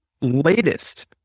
latest